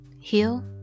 heal